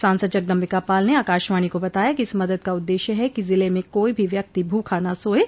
सांसद जगदम्बिका पाल ने आकाशवाणो को बताया कि इस मदद का उद्देश्य है कि जिले में कोई भी व्यक्ति भूखा न सोये